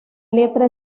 letra